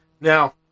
Now